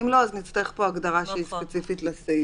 אם לא, נצטרך כאן הגדרה שהיא ספציפית לסעיף.